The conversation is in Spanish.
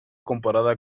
comparada